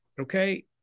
Okay